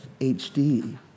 HD